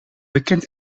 bekend